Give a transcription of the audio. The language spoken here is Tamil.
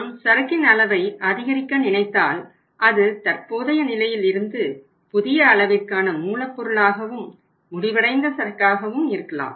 நாம் சரக்கின் அளவை அதிகரிக்க நினைத்தால் அது தற்போதைய நிலையில் இருந்து புதிய அளவிற்கான மூலப்பொருளாகவும் முடிவடைந்த சரக்காகவும் இருக்கலாம்